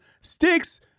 Sticks